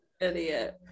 Idiot